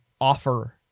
offer